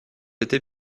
été